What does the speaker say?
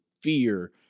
fear